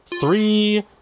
Three